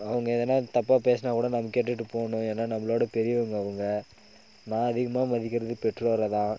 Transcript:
அவங்க எதுனா தப்பா பேசினா கூட நாங்கள் கேட்டுகிட்டு போகணும் ஏன்னா நம்மளோட பெரியவங்க அவங்க நான் அதிகமாக மதிக்கிறது பெற்றோரை தான்